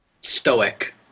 Stoic